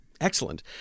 Excellent